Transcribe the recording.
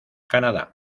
canadá